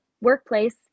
workplace